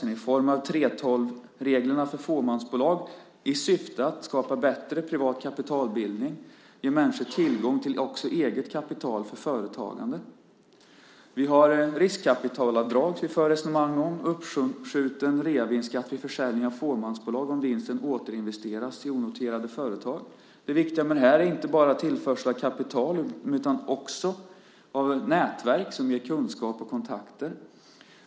Vi har en reform av 3:12-reglerna för fåmansbolag i syfte att skapa bättre privat kapitalbildning, ge människor tillgång också till eget kapital för företagande. Vi för resonemang om riskkapitalavdrag. Vi har uppskjuten reavinstskatt vid försäljning av fåmansbolag om vinsten återinvesteras i onoterade företag. Det viktiga med det här är inte bara tillförsel av kapital utan också av nätverk som ger kunskap och kontakter.